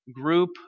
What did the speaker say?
group